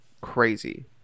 crazy